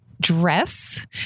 dress